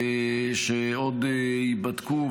שעוד ייבדקו,